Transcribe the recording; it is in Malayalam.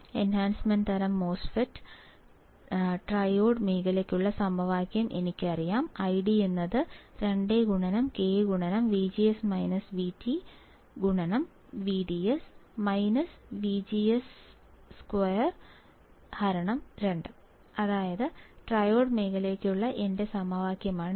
എൻഹാൻസ്മെൻറ് തരം MOSFET ന് ട്രയോഡ് മേഖലയ്ക്കുള്ള സമവാക്യം എനിക്കറിയാം ID 2K VD - VDS 2 2 അതായത് ട്രയോഡ് മേഖലയ്ക്കുള്ള എന്റെ സമവാക്യമാണിത്